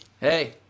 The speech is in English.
Hey